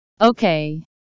Okay